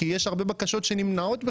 כי יש הרבה בקשות שנמנעות בכלל,